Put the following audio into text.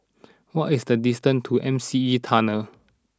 what is the distance to M C E Tunnel